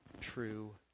True